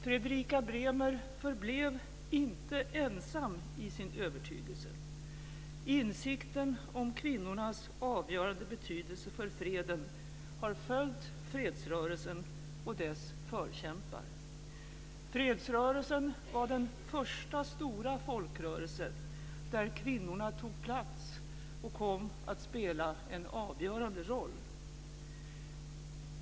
Fredrika Bremer förblev inte ensam i sin övertygelse. Insikten om kvinnornas avgörande betydelse för freden har följt fredsrörelsen och dess förkämpar. Fredsrörelsen var den första stora folkrörelse där kvinnorna tog plats och kom att spela en avgörande roll.